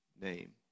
name